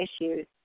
issues